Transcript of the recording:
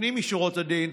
לפנים משורת הדין,